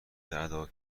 ادا